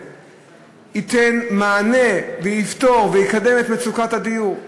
ייתן מענה ויפתור ויקדם את בעיית מצוקת הדיור.